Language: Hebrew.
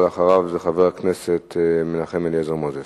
אבל אחריו חבר הכנסת מנחם אליעזר מוזס.